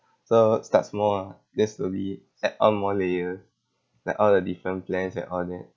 so start small ah just slowly add on more layer like all the different plans and all that